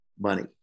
Money